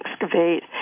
excavate